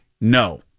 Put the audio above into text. No